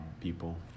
people